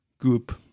group